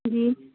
جی